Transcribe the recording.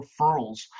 referrals